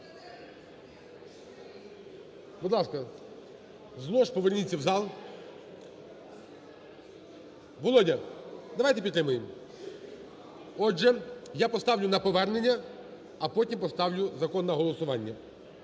Будь ласка, з лож поверніться в зал. Володя, давайте підтримаємо. Отже, я поставлю на повернення, а потім поставлю закон на голосування.